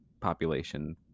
population